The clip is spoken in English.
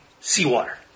seawater